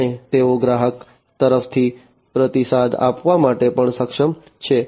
અને તેઓ ગ્રાહકો તરફથી પ્રતિસાદ આપવા માટે પણ સક્ષમ છે